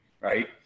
right